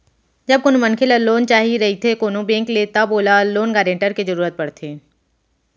जब कोनो मनखे ल लोन चाही रहिथे कोनो बेंक ले तब ओला लोन गारेंटर के जरुरत पड़थे